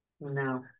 no